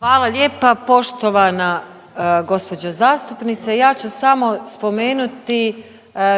Hvala lijepa poštovana gđo zastupnice. Ja ću samo spomenuti